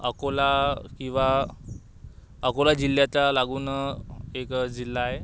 अकोला किंवा अकोला जिल्ह्याचा लागून एक जिल्हा आहे